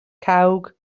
cawg